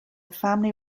family